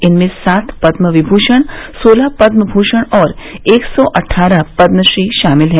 इनमें सात पदम विभूषण सोलह पद्म भूषण और एक सौ अट्ठारह पद्मश्री शामिल हैं